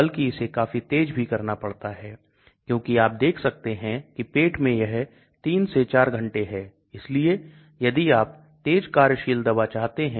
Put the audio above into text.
आकार भी पारगम्यता को करने वाला है क्योंकि बहुत बड़े आणविक भार पारगम्य नहीं हो पाते हैं